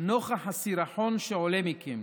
נוכח הסירחון שעולה מכם.